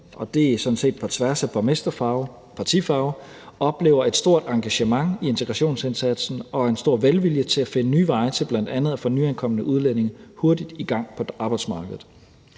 og det er sådan set på tværs af borgmesterfarve, partifarve – oplever et stort engagement i integrationsindsatsen og en stor velvilje til at finde nye veje til bl.a. at få nyankomne udlændinge hurtigt i gang på arbejdsmarkedet.